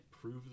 prove